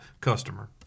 customer